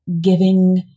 giving